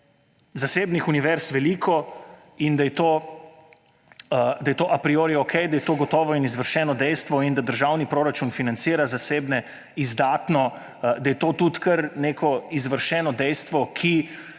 zasebnih univerz veliko in da je to a priori okej, da je to gotovo in izvršeno dejstvo in da državni proračun financira zasebne izdatno, da je to tudi kar neko izvršeno dejstvo, ki